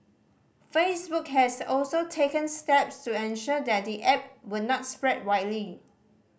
Facebook has also taken steps to ensure that the app would not spread widely